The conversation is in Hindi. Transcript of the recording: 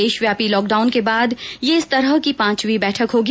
देशव्यापी लॉकडाउन के बाद यह इस तरह की पांचवी बैठक होगी